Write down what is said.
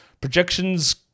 projections